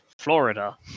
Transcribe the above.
Florida